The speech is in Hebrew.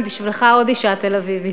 ניצן, בשבילך עוד אישה תל-אביבית.